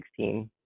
2016